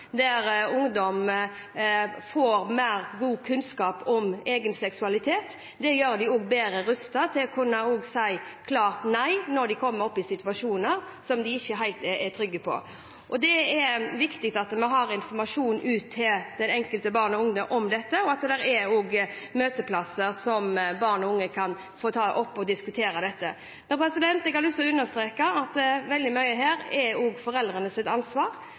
der ungdom får god kunnskap om egen seksualitet, gjør dem også bedre rustet til å kunne si klart nei når de kommer opp i situasjoner som de ikke er trygge på. Det er viktig at det enkelte barn og den enkelte ungdom får informasjon om dette, og at det også er møteplasser der barn og unge kan ta opp og diskutere dette. Jeg har lyst til å understreke at veldig mye her også er foreldrenes ansvar. Det at foreldrene